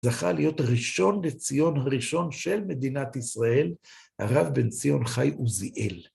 זכה להיות ראשון לציון הראשון של מדינת ישראל, הרב בן ציון חי עוזיאל.